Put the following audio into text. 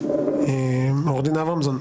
עורך הדין אברמזון,